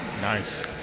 Nice